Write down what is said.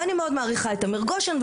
ואני מאוד מעריכה את תמיר גושן,